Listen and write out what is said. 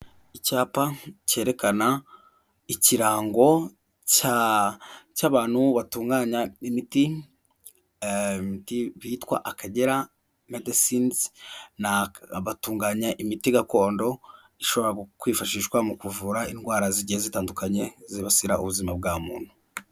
Icyapa cyerekana ikirango cy'abantu batunganya imiti bitwa akagera medesinizi batunganya imiti gakondo ishobora kwifashishwa mu kuvura indwara zigiye zitandukanye zibasira ubuzima bwa muntu.